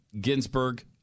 Ginsburg